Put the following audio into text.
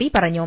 P പറഞ്ഞു